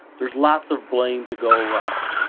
there's lots of blame to go around,